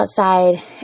outside